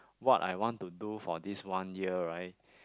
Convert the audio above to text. what I want to do for this one year right